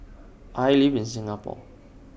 I live in Singapore